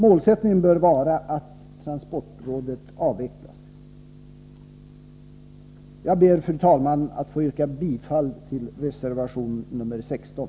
Målsättningen bör vara att transportrådet avvecklas. Jag ber, fru talman, att få yrka bifall till reservation nr 16.